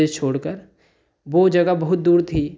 मध्य प्रदेश छोड़कर वह जगह बहुत दूर थी